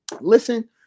listen